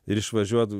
ir išvažiuot